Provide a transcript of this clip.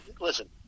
listen